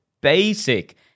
basic